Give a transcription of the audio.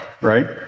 right